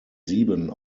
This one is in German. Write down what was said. sieben